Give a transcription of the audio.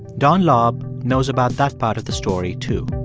don laub knows about that part of the story, too.